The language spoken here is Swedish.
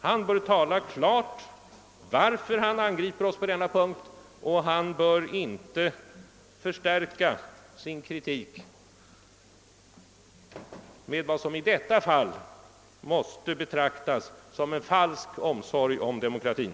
Han bör klart tala om varför han angriper oss på denna punkt, och han bör inte förstärka sin kritik med vad som i detta fall måste betraktas som en falsk omsorg om demokratin.